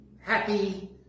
happy